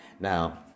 Now